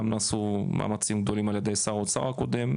גם עשו מאמצים גדולים על ידי שר האוצר הקודם,